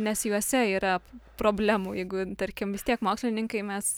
nes juose yra problemų jeigu tarkim vis tiek mokslininkai mes